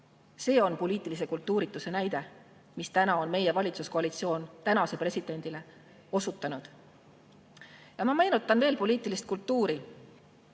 See on poliitilise kultuurituse näide, just nii on meie valitsuskoalitsioon tänase presidendiga [käitunud].Ma meenutan veel poliitilist kultuuri